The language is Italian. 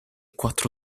quattro